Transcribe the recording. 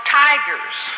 tigers